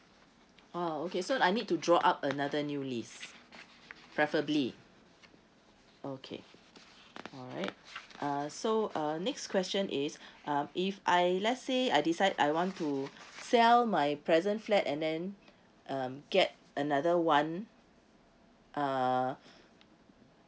oh okay so I need to draw up another new lease preferably okay alright uh so uh next question is uh if I let's say I decide I want to sell my present flat and then um get another one uh